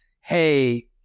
hey